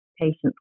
patients